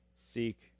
seek